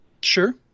Sure